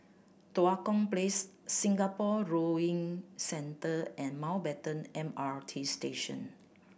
Tua Kong Place Singapore Rowing Centre and Mountbatten M R T Station